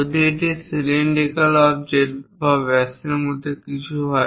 যদি এটি cylindrical object এবং ব্যাসের মতো কিছু হয়